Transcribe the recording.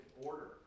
order